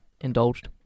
indulged